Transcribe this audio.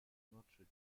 notre